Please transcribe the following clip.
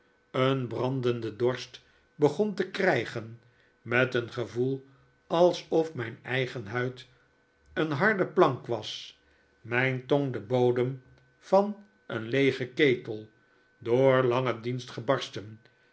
een brandenden dorst begon te krijgen met een gevoel alsof mijn eigen huid een hard plank was mijn tong de bodem van een leegen ketel door langen dienst gebarsten